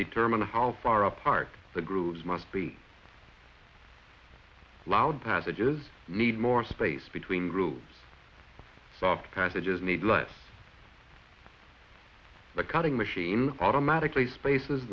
determine how far apart the grooves must be loud passages need more space between grooves the passages need less the cutting machine automatically spaces